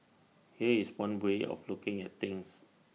here's one way of looking at things